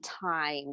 time